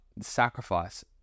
sacrifice